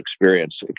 experience